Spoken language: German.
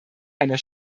einer